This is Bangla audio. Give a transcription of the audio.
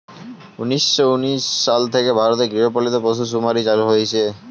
উন্নিশো উনিশ সাল থেকে ভারতে গৃহপালিত পশু শুমারি চালু হয়েছে